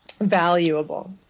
valuable